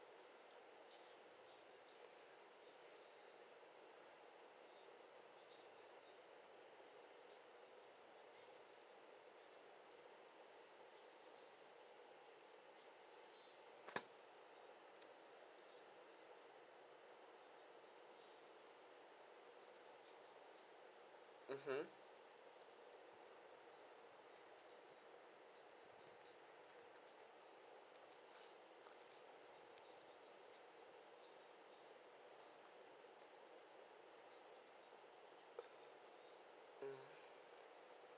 mmhmm